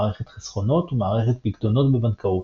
מערכת חסכונות ומערכת פיקדונות בבנקאות,